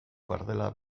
fardela